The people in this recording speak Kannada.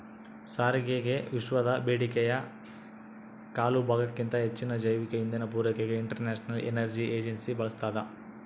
ಸಾರಿಗೆಗೆವಿಶ್ವದ ಬೇಡಿಕೆಯ ಕಾಲುಭಾಗಕ್ಕಿಂತ ಹೆಚ್ಚಿನ ಜೈವಿಕ ಇಂಧನ ಪೂರೈಕೆಗೆ ಇಂಟರ್ನ್ಯಾಷನಲ್ ಎನರ್ಜಿ ಏಜೆನ್ಸಿ ಬಯಸ್ತಾದ